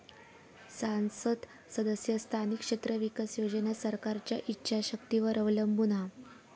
सांसद सदस्य स्थानिक क्षेत्र विकास योजना सरकारच्या ईच्छा शक्तीवर अवलंबून हा